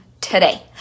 today